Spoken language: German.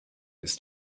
ist